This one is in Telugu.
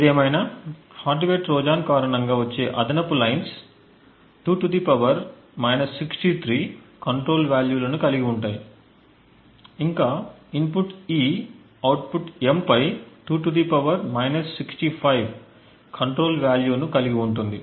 ఏదేమైనా హార్డ్ వేర్ ట్రోజన్ కారణంగా వచ్చే అదనపు లైన్స్ 2 కంట్రోల్ వాల్యూను కలిగి ఉంటాయి ఇంకా ఇన్పుట్ E అవుట్పుట్ M పై 2 కంట్రోల్ వాల్యూను కలిగి ఉంటుంది